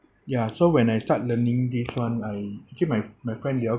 ya so when I start learning this [one] I actually my my friend they all